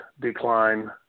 decline